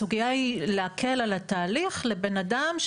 הסוגייה היא להקל על התהליך לבן אדם,